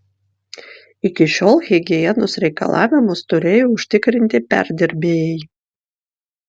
iki šiol higienos reikalavimus turėjo užtikrinti perdirbėjai